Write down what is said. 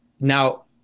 Now